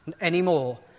anymore